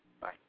Bye